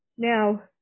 Now